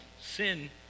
Sin